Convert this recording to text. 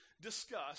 discussed